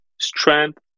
strength